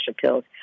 pills